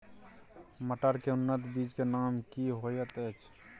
मटर के उन्नत बीज के नाम की होयत ऐछ?